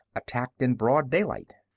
attacked in broad daylight.